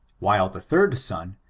while the third son,